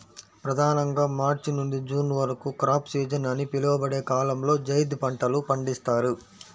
ప్రధానంగా మార్చి నుండి జూన్ వరకు క్రాప్ సీజన్ అని పిలువబడే కాలంలో జైద్ పంటలు పండిస్తారు